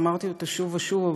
ואמרתי אותה שוב ושוב,